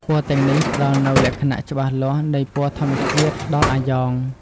ពណ៌ទាំងនេះផ្តល់នូវលក្ខណៈច្បាស់លាស់នៃពណ៌ធម្មជាតិដល់អាយ៉ង។